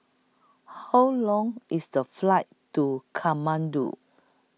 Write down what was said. How Long IS The Flight to Kathmandu